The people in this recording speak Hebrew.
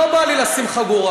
לא בא לי לשים חגורה.